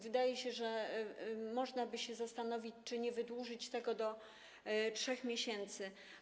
Wydaje mi się, że można by się zastanowić, czy nie wydłużyć tego do 3 miesięcy.